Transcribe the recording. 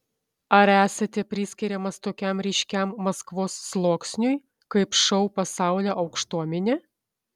ar esate priskiriamas tokiam ryškiam maskvos sluoksniui kaip šou pasaulio aukštuomenė